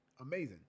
amazing